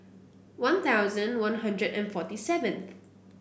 One Thousand One Hundred and forty seventh